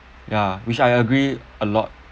ya which I agree a lot